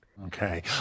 Okay